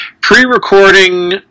pre-recording